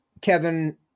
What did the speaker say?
Kevin